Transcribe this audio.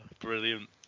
brilliant